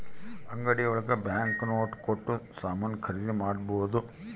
ಅಂಗಡಿ ಒಳಗ bank note ಕೊಟ್ಟು ಸಾಮಾನ್ ಖರೀದಿ ಮಾಡ್ಬೋದು